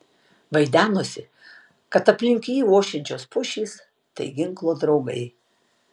vaidenosi kad aplink jį ošiančios pušys tai ginklo draugai